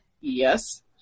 Yes